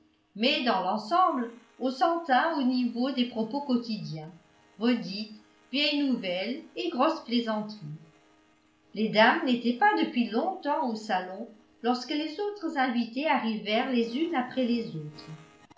mais dans l'ensemble on s'en tint au niveau des propos quotidiens redites vieilles nouvelles et grosses plaisanteries les dames n'étaient pas depuis longtemps au salon lorsque les autres invitées arrivèrent les unes après les autres